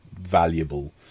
valuable